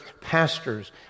pastors